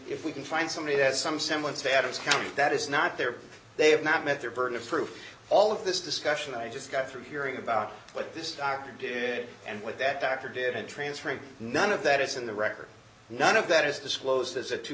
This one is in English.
if we can find somebody that has some semblance of adams county that is not there they have not met their burden of proof all of this discussion i just got through hearing about what this doctor did and what that doctor did and transfer him none of that is in the record none of that is disclosed as a two